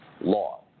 law